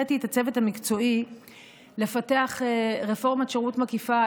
הנחיתי את הצוות המקצועי לפתח רפורמת שירות מקיפה,